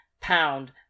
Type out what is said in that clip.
Pound